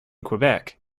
quebec